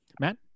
Matt